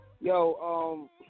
Yo